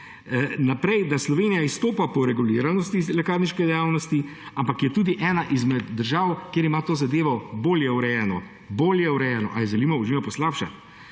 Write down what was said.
Naprej, da Slovenija izstopa po reguliranosti lekarniške dejavnosti, ampak je tudi ena izmed držav, ki ima to zadevo bolje urejeno, bolje urejeno in da je stroškovna